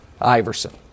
Iverson